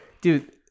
dude